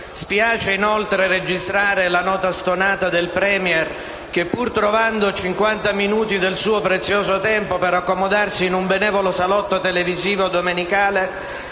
Spiace inoltre registrare la nota stonata del *Premier* che, pur trovando cinquanta minuti del suo prezioso tempo per accomodarsi in un benevolo salotto televisivo domenicale,